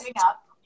up